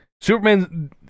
Superman